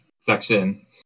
section